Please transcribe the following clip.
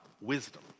wisdom